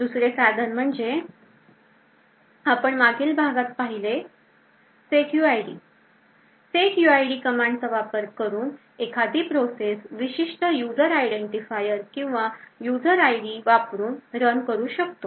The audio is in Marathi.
दुसरे साधन म्हणजे जे आपण मागील भागात पाहिले setuid setuid command चा वापर करून एखादी प्रोसेस विशिष्ट user identifier किंवा user ID वापरून रन करू शकतो